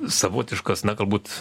savotiškas na galbūt